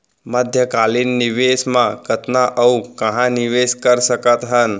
मध्यकालीन निवेश म कतना अऊ कहाँ निवेश कर सकत हन?